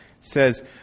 says